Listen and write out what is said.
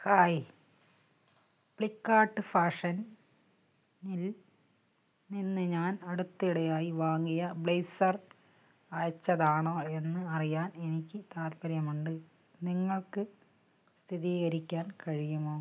hi Flipkart ഫാഷനിൽ നിന്ന് ഞാൻ അടുത്തിടെയായി വാങ്ങിയ ബ്ലേസർ അയച്ചതാണോ എന്ന് അറിയാൻ എനിക്ക് താൽപ്പര്യമുണ്ട് നിങ്ങൾക്ക് സ്ഥിരീകരിക്കാൻ കഴിയുമോ